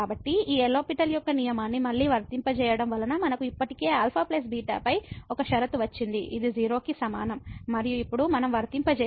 కాబట్టి ఈ లో పిటెల్ L'Hospital యొక్క నియమాన్ని మళ్ళీ వర్తింపజేయడం వలన మనకు ఇప్పటికే αβ పై ఒక షరతు వచ్చింది ఇది 0 కి సమానం మరియు ఇప్పుడు మనం వర్తింపజేస్తే